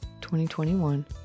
2021